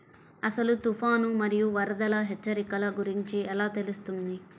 అసలు తుఫాను మరియు వరదల హెచ్చరికల గురించి ఎలా తెలుస్తుంది?